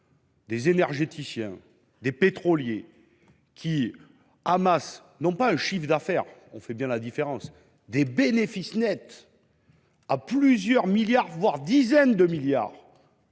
des énergéticiens ou des pétroliers réalisent non pas un chiffre d’affaires – on fait bien la différence –, mais des bénéfices nets de plusieurs milliards, voire dizaines de milliards